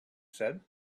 said